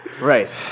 Right